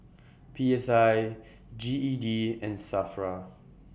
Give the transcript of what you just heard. P S I G E D and SAFRA